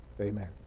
amen